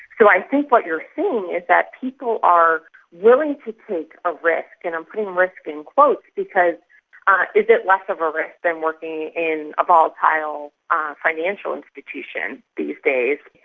i think what you're seeing is that people are willing to take a risk and i'm putting risk in quotes because ah is it less of a risk than working in a volatile um financial institution these days.